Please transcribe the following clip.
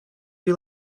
you